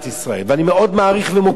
אני מאוד מעריך ומוקיר את זה,